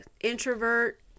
introvert